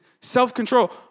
self-control